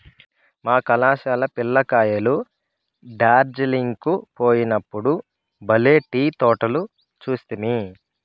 మా కళాశాల పిల్ల కాయలు డార్జిలింగ్ కు పోయినప్పుడు బల్లే టీ తోటలు చూస్తిమి